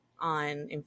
on